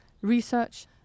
research